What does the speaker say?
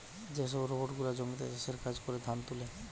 যে সব রোবট গুলা জমিতে চাষের কাজ করে, ধান তুলে